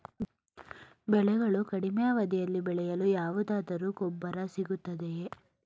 ಬೆಳೆಗಳು ಕಡಿಮೆ ಅವಧಿಯಲ್ಲಿ ಬೆಳೆಯಲು ಯಾವುದಾದರು ಗೊಬ್ಬರ ಸಿಗುತ್ತದೆಯೇ?